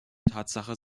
tatsache